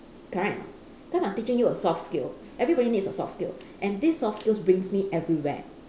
correct or not because I'm teaching you a soft skill everybody needs a soft skill and this soft skills brings me everywhere